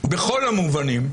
בכל המובנים.